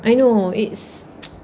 I know it's